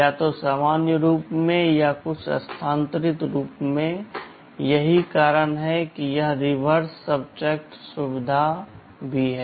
या तो सामान्य रूप में या कुछ स्थानांतरित रूप में यही कारण है कि यह रिवर्स सबट्रैक सुविधा भी है